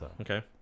okay